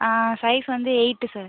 size வந்து eight sir